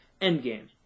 endgame